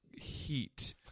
heat